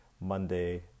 Monday